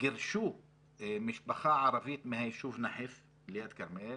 גירשו משפחה ערבית מהיישוב נחף", ליד כרמיאל,